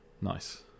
nice